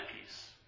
peace